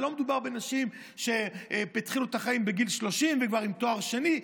לא מדובר בנשים שהתחילו את החיים בגיל 30 וכבר עם תואר שני.